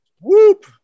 Whoop